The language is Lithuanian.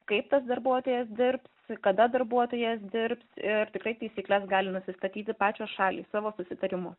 kaip tas darbuotojas dirbs kada darbuotojas dirbs ir tikrai taisykles gali nusistatyti pačios šalys savo susitarimu